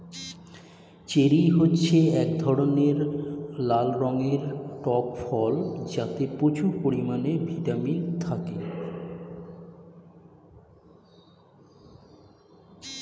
cherry হচ্ছে এক ধরনের লাল রঙের টক ফল যাতে প্রচুর পরিমাণে ভিটামিন থাকে